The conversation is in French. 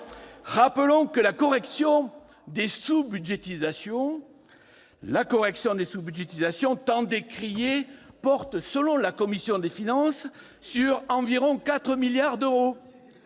Rappelons que la correction des sous-budgétisations tant décriées portait, selon la commission des finances, sur environ 4 milliards d'euros,